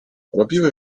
robiły